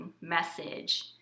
message